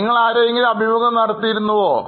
നിങ്ങൾ ആരെയെങ്കിലും അഭിമുഖം നടത്തിയിരുന്നുവോ